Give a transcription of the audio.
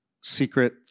secret